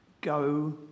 Go